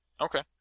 Okay